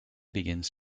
begins